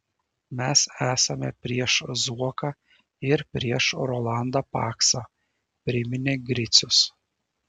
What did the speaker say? mes esame prieš zuoką ir prieš rolandą paksą priminė gricius